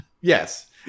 yes